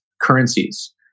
currencies